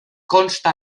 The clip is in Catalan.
consta